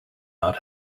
not